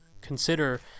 consider